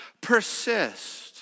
Persist